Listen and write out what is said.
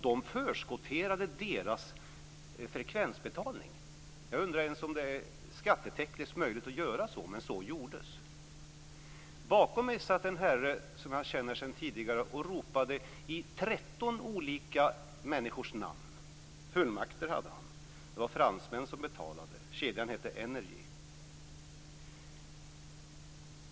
De förskotterade deras frekvensbetalning. Jag undrar om det ens är skattetekniskt möjligt att göra det, men så gjordes. Bakom mig satt en herre som jag känner sedan tidigare och ropade i 13 olika människors namn. Han hade fullmakter. Det var fransmän som betalade. Kedjan hette NRJ.